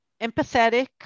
empathetic